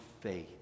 faith